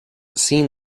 seen